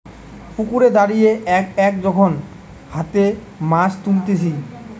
পুকুরে দাঁড়িয়ে এক এক যখন হাতে মাছ তুলতিছে